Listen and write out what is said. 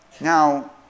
Now